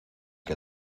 que